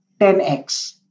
10x